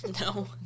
No